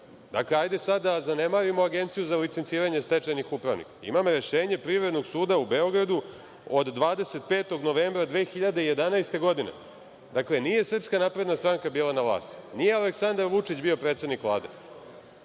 Dakle, da sada zanemarimo Agenciju za licenciranje stečajnih upravnika, imam rešenje Privrednog suda u Beogradu od 25. novembra 2011. godine. Dakle, nije SNS bila na vlasti, nije Aleksandar Vučić bio predsednik